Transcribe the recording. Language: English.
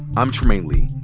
i'm trymaine lee.